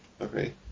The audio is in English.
Okay